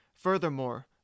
Furthermore